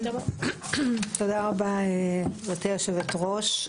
תודה רבה גברתי יושבת הראש.